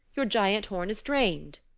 your giant horn is drained.